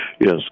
Yes